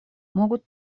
могут